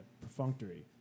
perfunctory